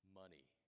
money